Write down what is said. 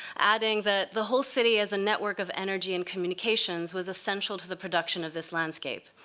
adding that the whole city as a network of energy and communications was essential to the production of this landscape.